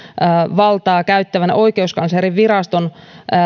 valtaa käyttävän oikeuskanslerinviraston